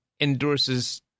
endorses